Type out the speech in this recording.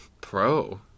Pro